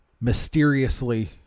mysteriously